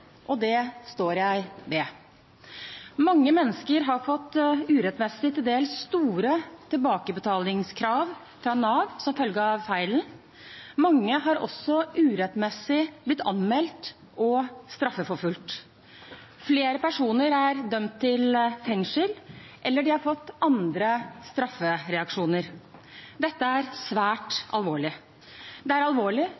og det står jeg ved. Mange mennesker har urettmessig fått til dels store tilbakebetalingskrav fra Nav som følge av feilen. Mange har også urettmessig blitt anmeldt og straffeforfulgt. Flere personer er dømt til fengsel, eller de har fått andre straffereaksjoner. Dette er